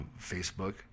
Facebook